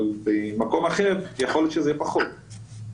במקום אחר יכול להיות שזה פחות.